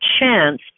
chance